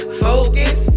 focus